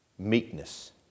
meekness